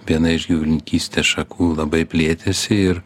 viena iš gyvulininkystės šakų labai plėtėsi ir